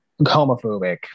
homophobic